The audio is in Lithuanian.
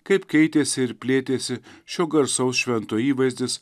kaip keitėsi ir plėtėsi šio garsaus švento įvaizdis